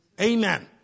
Amen